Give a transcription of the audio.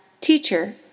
Teacher